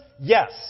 Yes